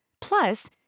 Plus